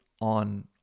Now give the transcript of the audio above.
on